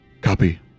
Copy